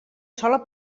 sola